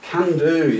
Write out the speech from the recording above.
Can-do